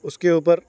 اس کے اوپر